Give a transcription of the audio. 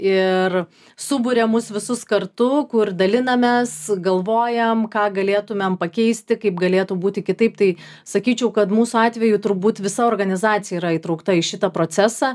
ir suburia mus visus kartu kur dalinamės galvojam ką galėtumėm pakeisti kaip galėtų būti kitaip tai sakyčiau kad mūsų atveju turbūt visa organizacija yra įtraukta į šitą procesą